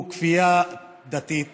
הוא כפייה דתית